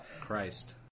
Christ